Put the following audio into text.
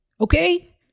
Okay